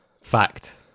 Fact